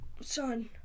Son